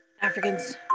africans